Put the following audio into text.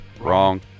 Wrong